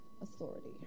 authority